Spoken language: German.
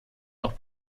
noch